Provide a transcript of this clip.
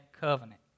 covenant